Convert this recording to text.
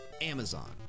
Amazon